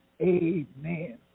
Amen